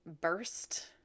burst